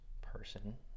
person